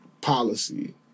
policy